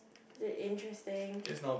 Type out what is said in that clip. they interesting